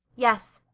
yes.